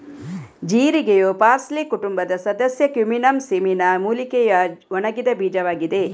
ಜೀರಿಗೆಯು parsley ಕುಟುಂಬದ ಸದಸ್ಯ Cuminum cyminum ಮೂಲಿಕೆಯ ಒಣಗಿದ ಬೀಜವಾಗಿದೆ